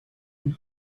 and